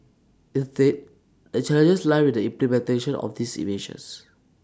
instead the challenges lie with the implementation of these in measures